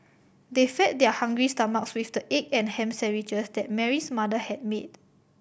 they fed their hungry stomachs with the egg and ham sandwiches that Mary's mother had made